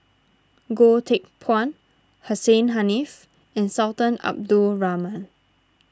Goh Teck Phuan Hussein Haniff and Sultan Abdul Rahman